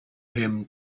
him